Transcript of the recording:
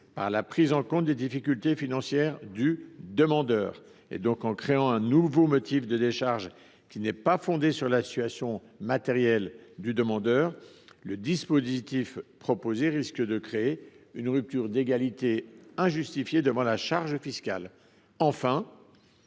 par la prise en compte des difficultés financières du demandeur. En créant un nouveau motif de décharge, qui n’est pas fondé sur la situation matérielle du demandeur, le dispositif proposé risque de générer une rupture d’égalité injustifiée devant la charge fiscale. Enfin,